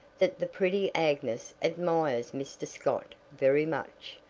that the pretty agnes admires mr. scott very much.